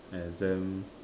exam